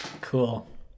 Cool